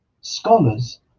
scholars